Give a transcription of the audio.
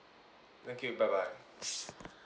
thank you bye bye